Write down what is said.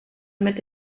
mit